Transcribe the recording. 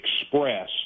express